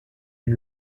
une